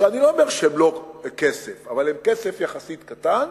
שאני לא אומר שהן לא כסף, אבל הן כסף יחסית קטן,